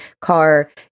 car